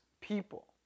people